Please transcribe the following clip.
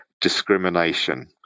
discrimination